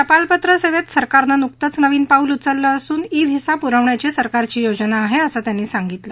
टपालपत्र सेवेत सरकारनं नुकतच नवीन पाऊल उचललं असून ई व्हीसा पुरवण्याची सरकारची योजना आहे असं त्यांनी सांगितलं